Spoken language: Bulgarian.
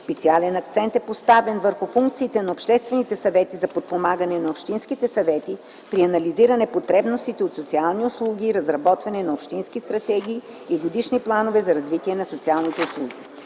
Специален акцент е поставен върху функциите на обществените съвети за подпомагане на общинските съвети при анализиране потребностите от социални услуги и разработването на общинските стратегии и годишни планове за развитие на социалните услуги.